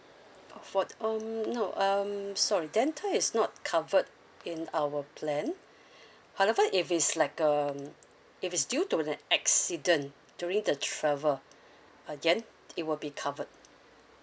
for um no um sorry dental is not covered in our plan however if it's like um if it's due to an accident during the travel again it will be covered